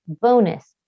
bonus